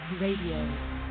Radio